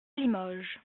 limoges